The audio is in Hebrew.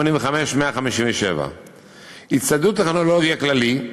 1,585,157. הציידות טכנולוגיה כללי: